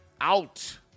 Out